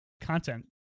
content